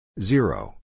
Zero